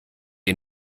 ihr